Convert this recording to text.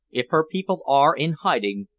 if her people are in hiding,